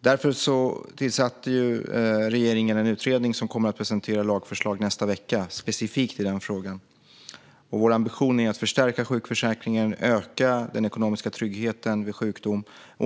Därför tillsatte regeringen en utredning, som kommer att presentera lagförslag specifikt i den frågan nästa vecka. Vår ambition är att förstärka sjukförsäkringen och öka den ekonomiska tryggheten vid sjukdom.